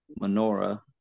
menorah